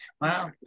Wow